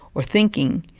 or thinking,